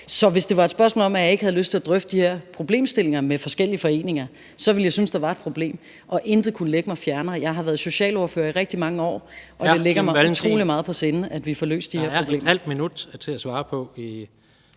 Så hvis det var et spørgsmål om, at jeg ikke havde lyst til at drøfte de her problemstillinger med forskellige foreninger, så ville jeg synes der var et problem, og intet kunne ligge mig fjernere. Jeg har været socialordfører i rigtig mange år, og det ligger mig utrolig meget på sinde, at vi får løst de her problemer. Kl. 16:27 Tredje